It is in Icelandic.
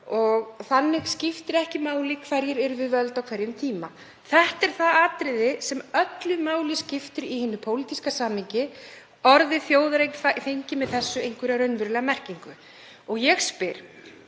og þannig skiptir ekki máli hverjir eru við völd á hverjum tíma. Þetta er það atriði sem öllu máli skiptir í hinu pólitíska samhengi. Orðið þjóðareign fengi með þessu einhverja raunverulega merkingu. Ég spyr: